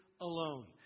alone